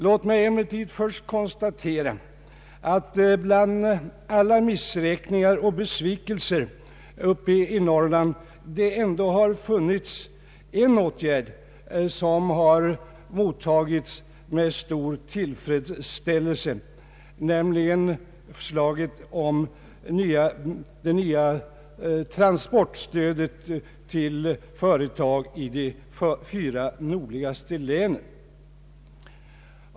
Låt mig emellertid först konstatera att bland alla missräkningar och besvikelser uppe i Norrland har det ändå funnits en åtgärd som har mottagits med stor tillfredsställelse, nämligen förslaget om det nya transportstödet till företag i de fyra nordligaste länen.